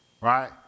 right